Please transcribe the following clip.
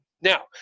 Now